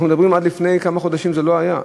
עד לפני כמה חודשים זה לא היה,